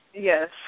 Yes